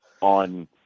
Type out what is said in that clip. on